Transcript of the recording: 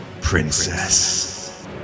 Princess